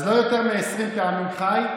אז לא יותר מ-20 פעמים ח"י.